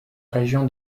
région